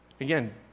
Again